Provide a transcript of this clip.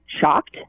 shocked